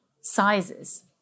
sizes